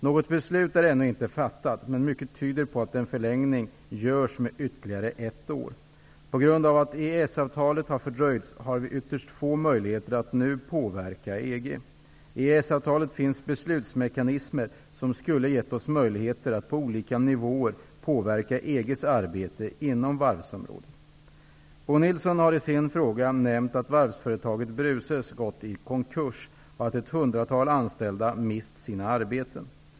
Något beslut är ännu inte fattat, men mycket tyder på att en förlängning görs med ytterligare ett år. På grund av att EES-avtalet har fördröjts har vi ytterst få möjligheter att nu påverka EG. I EES-avtalet finns beslutsmekanismer som skulle gett oss möjligheter att på olika nivåer påverka EG:s arbete inom varvsområdet. Bo Nilsson har i sin fråga nämnt att varvsföretaget Bruces gått i konkurs och att ett hundratal anställda mist sina arbeten.